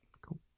Cool